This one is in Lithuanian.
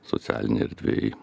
socialinėj erdvėj